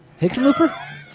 Hickenlooper